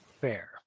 Fair